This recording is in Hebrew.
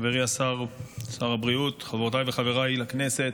חברי שר הבריאות, חברותיי וחבריי לכנסת,